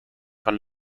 von